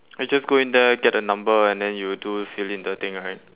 we just go in there get the number and then you do fill in the thing right